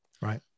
Right